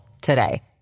today